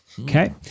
Okay